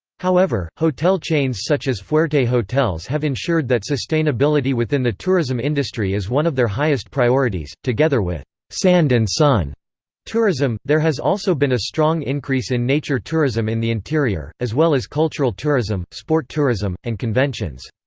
however, hotel chains such as fuerte hotels have ensured that sustainability within the tourism industry is one of their highest priorities together with sand and sun tourism, there has also been a strong increase in nature tourism in the interior, as well as cultural tourism, sport tourism, and conventions.